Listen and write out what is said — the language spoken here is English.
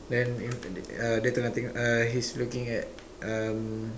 then ni tadi uh dia tengah tengok uh he's looking at um